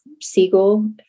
Siegel